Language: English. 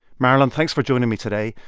marilyn, thanks for joining me today.